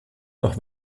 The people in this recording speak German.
noch